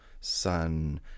sun